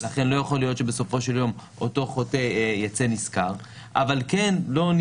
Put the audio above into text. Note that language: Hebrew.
לכן לא יכול להיות שבסופו של יום אותו חוטא יצא נשכר אבל לא נמנע